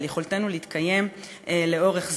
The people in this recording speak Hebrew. על יכולתנו להתקיים לאורך זמן.